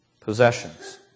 possessions